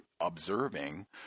observing